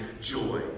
joy